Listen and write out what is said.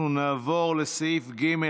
אנחנו נעבור לסעיף ג',